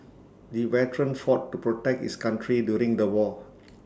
the veteran fought to protect his country during the war